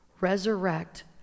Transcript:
Resurrect